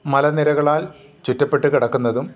മലനിരകളാൽ ചുറ്റപ്പെട്ടു കിടക്കുന്നതും